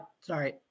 sorry